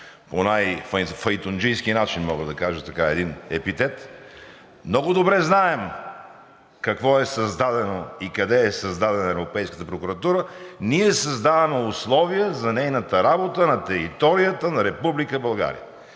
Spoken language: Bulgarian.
по най-файтонджийски начин, мога да кажа така един епитет. Много добре знаем какво е създадено и къде е създадена Европейската прокуратура. Ние създаваме условия за нейната работа на територията на